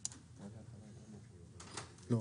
רבתי?